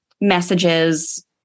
messages